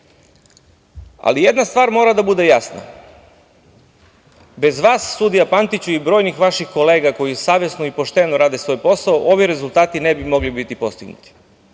Ali, jedna stvar mora da bude jasna, bez vas sudija Pantiću i brojnih vaših kolega koji savesno i pošteno rade svoj posao ovi rezultati ne bi mogli biti postignuti.